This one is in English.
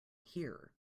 here